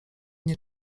nie